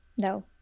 No